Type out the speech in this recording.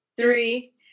three